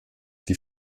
die